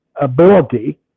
ability